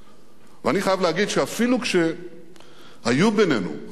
ואני חייב להגיד שאפילו כשהיו בינינו חילוקי דעות,